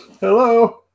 Hello